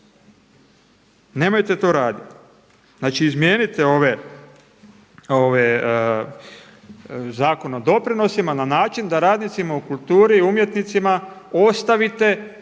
Nemojte to raditi. Znači izmijenite ove, Zakon o doprinosima na način da radnicima u kulturi i umjetnicima ostavite